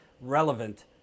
relevant